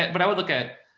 but i would look at,